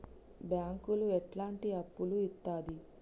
బ్యాంకులు ఎట్లాంటి అప్పులు ఇత్తది?